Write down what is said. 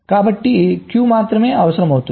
కాబట్టి Q మాత్రమే అవసరమవుతుంది